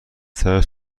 ترس